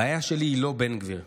הבעיה שלי היא לא בן גביר,